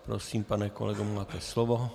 Prosím, pane kolego, máte slovo.